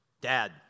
Dad